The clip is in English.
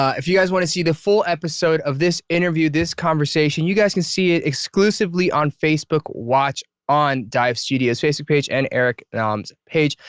ah if you guys want to see the full episode of this interview, this conversation you guys can see it exclusively on facebook watch on dive studios' facebook page and eric nam's page.